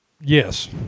yes